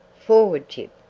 forward, gyp,